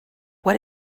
what